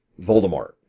Voldemort